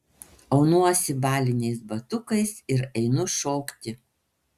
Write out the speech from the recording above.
aunuosi baliniais batukais ir einu šokti